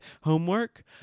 Homework